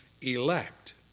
elect